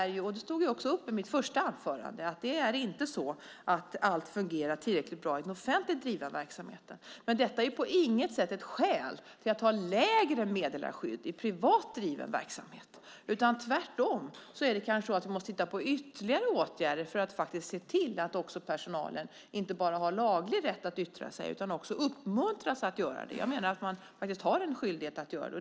I mitt första anförande tog jag upp att det inte är så att allt fungerar tillräckligt bra i den offentligt drivna verksamheten. Men detta är på inget sätt ett skäl att ha lägre meddelarskydd i privat driven verksamhet. Tvärtom är det kanske så att vi måste hitta på ytterligare åtgärder för att se till att personalen inte bara har laglig rätt att yttra sig utan också uppmuntras att göra det. Jag menar att man har en skyldighet att göra det.